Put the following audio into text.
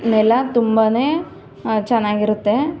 ನೆಲ ತುಂಬನೇ ಚೆನ್ನಾಗಿರುತ್ತೇ